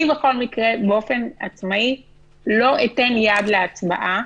אני בכל מקרה באופן עצמאי לא אתן יד להצבעה